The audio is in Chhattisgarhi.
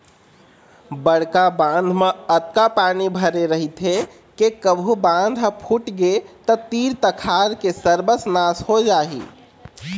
बड़का बांध म अतका पानी भरे रहिथे के कभू बांध ह फूटगे त तीर तखार के सरबस नाश हो जाही